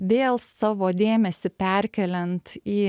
vėl savo dėmesį perkeliant į